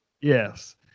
Yes